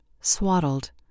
Swaddled